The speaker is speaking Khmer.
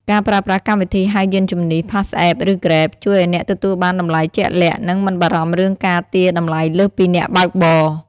ការប្រើប្រាស់កម្មវិធីហៅយានជំនិះ PassApp ឬ Grab ជួយឱ្យអ្នកទទួលបានតម្លៃជាក់លាក់ និងមិនបារម្ភរឿងការទារតម្លៃលើសពីអ្នកបើកបរ។